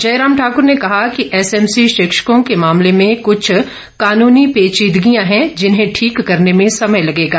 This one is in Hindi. जयराम ठाकर ने कहा कि एसएमसी शिक्षकों के मामले में कृछ कानूनी पेचीदगियां हैं जिन्हें ठीक करने में समय लगेगा